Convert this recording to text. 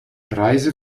preise